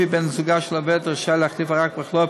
שלפיו בן-זוגה של עובדת רשאי להחליפה רק בחלוף